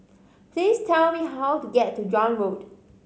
please tell me how to get to John Road